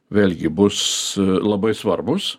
vėlgi bus labai svarbūs